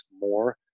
more